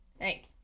Hey